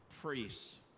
priests